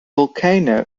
volcano